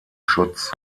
schutz